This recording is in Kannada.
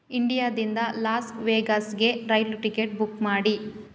ಇಂಡಿಯಾದಿಂದ ಲಾಸ್ ವೇಗಾಸ್ಗೆ ರೈಲು ಟಿಕೆಟ್ ಬುಕ್ ಮಾಡಿ